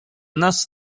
nas